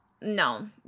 No